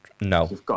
no